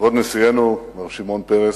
כבוד נשיאנו מר שמעון פרס,